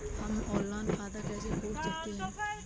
हम ऑनलाइन खाता कैसे खोल सकते हैं?